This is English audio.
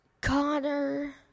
Connor